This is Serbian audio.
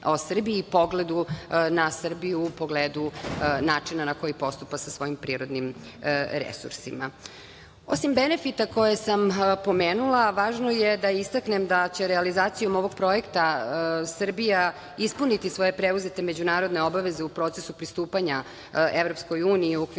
kada je reč o Srbiji u pogledu načina na koji postupa sa svojim prirodnim resursima. Osim benefita koje sam pomenula, važno je da istaknem da će realizacijom ovog projekta Srbija ispuniti svoje preuzete međunarodne obaveze u procesu pristupanja EU u okviru pregovora